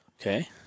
Okay